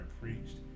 preached